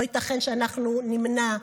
לא ייתכן שאנחנו נמנע,